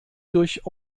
durch